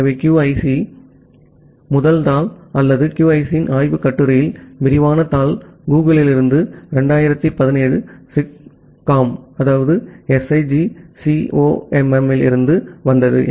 எனவே QUIC இன் முதல் தாள் அல்லது QUIC இன் ஆய்வுக் கட்டுரையின் விரிவான தாள் கூகிள் இலிருந்து 2017 SIGCOMM இல் வந்தது